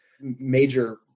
major